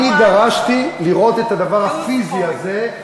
אני דרשתי לראות את הדבר הפיזי הזה,